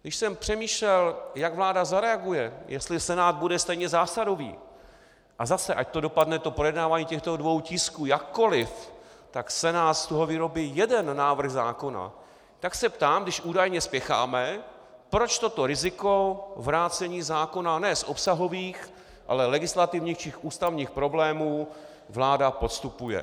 Když jsem přemýšlel, jak vláda zareaguje, jestli Senát bude stejně zásadový a zase, ať dopadne projednávání těchto dvou tisků jakkoliv, z toho Senát vyrobí jeden návrh zákona, tak se ptám, když údajně spěcháme, proč toto riziko vrácení zákona ne z obsahových, ale legislativních či ústavních problémů vláda podstupuje.